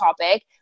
topic